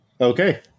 Okay